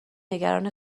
نگران